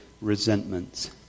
resentments